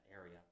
area